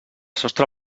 sostre